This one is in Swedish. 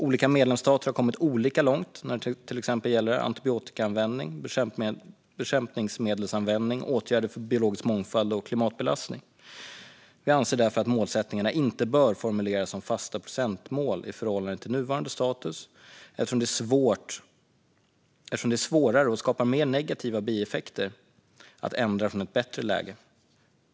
Olika medlemsstater har kommit olika långt när det till exempel gäller antibiotikaanvändning, bekämpningsmedelsanvändning, åtgärder för biologisk mångfald och klimatbelastning. Vi anser därför att målsättningarna inte bör formuleras som fasta procentmål i förhållande till nuvarande status, eftersom det är svårare och skapar mer negativa bieffekter att ändra från ett bättre läge.